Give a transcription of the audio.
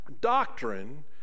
doctrine